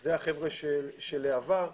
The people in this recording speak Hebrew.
אלה החבר'ה של להבה.